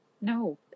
No